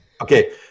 Okay